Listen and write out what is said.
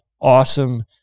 awesome